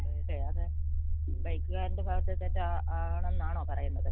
പറയട്ടെ അതെ ബൈക്ക്കാരൻ്റെ ഭാഗത്തെ തെറ്റാണെന്ന് എന്നാണോ പറയുന്നത്